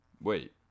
Wait